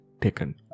taken